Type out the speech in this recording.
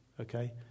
okay